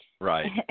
right